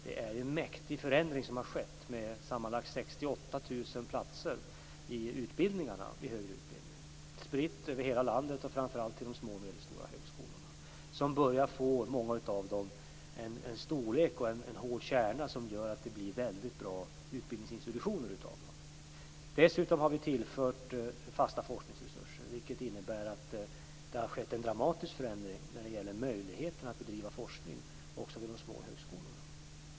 Det är en mäktig förändring som har skett med sammanlagt 68 000 platser i den högre utbildningen spritt över hela landet, och framför allt till de små och medelstora högskolorna. Många av dem börjar nu få en storlek och en hård kärna som gör att det blir väldigt bra utbildningsinstitutioner av dem. Dessutom har vi tillfört fasta forskningsresurser, vilket innebär att det har skett en dramatisk förändring när det gäller möjligheten att bedriva forskning också vid de små högskolorna.